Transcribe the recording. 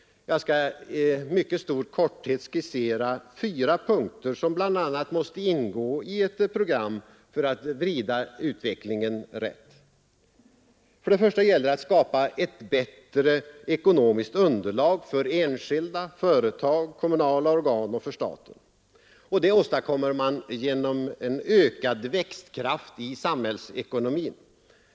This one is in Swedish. Jag skall i mycket stor korthet skissera fyra punkter som bl.a. måste ingå i ett program för att vrida utvecklingen rätt. För det första gäller det att skapa ett bättre ekonomiskt underlag för enskilda, för företag, för kommunala organ och för staten, och det åstadkommer man genom en ökad växtkraft i samhällsekonomin.